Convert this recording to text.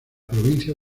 provincia